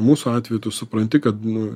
mūsų atveju tu supranti kad nu